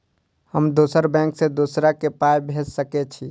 हम दोसर बैंक से दोसरा के पाय भेज सके छी?